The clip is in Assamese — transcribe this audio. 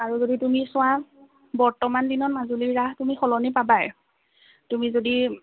আৰু যদি তুমি চোৱা বৰ্তমান দিনত মাজুলীৰ ৰাস তুমি সলনি পাবাই তুমি যদি